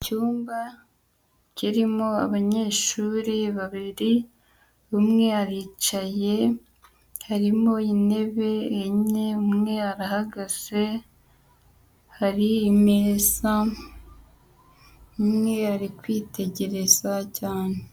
Icyumba kirimo abanyeshuri babiri; umwe aricaye, harimo intebe enye, umwe arahagaze, hari imeza, umwe ari kwitegereza cyane.